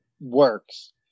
works